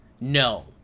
no